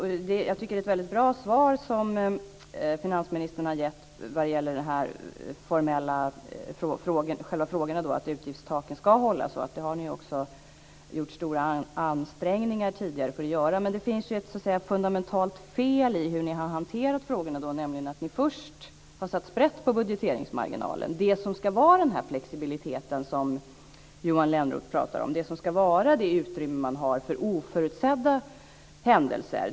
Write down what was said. Jag tycker att det är ett väldigt bra svar som finansministern har gett på själva frågorna. Utgiftstaken ska hållas. Det har ni tidigare också gjort stora ansträngningar för att uppnå. Men det finns ett fundamental fel i hanteringen av frågorna. Ni har nämligen först satt sprätt på budgeteringsmarginalen - det som ska garantera den flexibilitet som Johan Lönnroth pratar om. Det är det utrymme man ska ha för oförutsedda händelser.